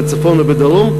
בצפון ובדרום,